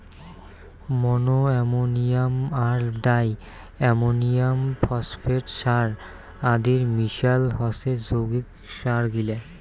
মনো ammonium আর di ammonium phosphate সার আদির মিশাল হসে যৌগিক সারগিলা